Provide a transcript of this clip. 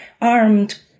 armed